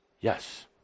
Yes